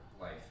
life